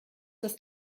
das